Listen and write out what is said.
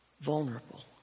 vulnerable